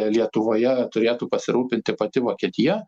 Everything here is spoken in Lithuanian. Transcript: lietuvoje turėtų pasirūpinti pati vokietija